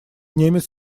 немец